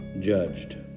judged